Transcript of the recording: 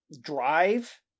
drive